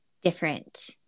different